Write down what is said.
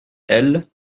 elle